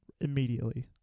immediately